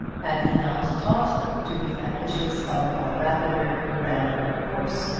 had he not taught them to be ambitious of a rapider, grander course.